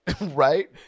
Right